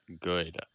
good